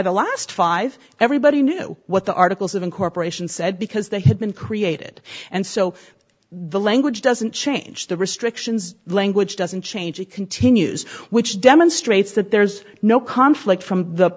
the last five everybody knew what the articles of incorporation said because they had been created and so the language doesn't change the restrictions language doesn't change continues which demonstrates that there's no conflict from the